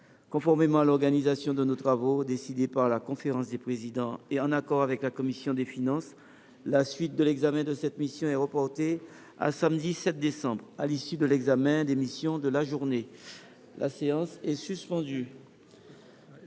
conformément à l’organisation de nos travaux décidée par la conférence des présidents et en accord avec la commission des finances, la suite de l’examen de cette mission est reportée au samedi 7 décembre, à l’issue de l’examen des missions de la journée. Mes chers collègues,